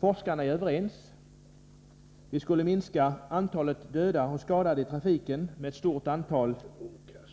Forskarna är överens — vi skulle minska antalet dödade och skadade i trafiken mycket kraftigt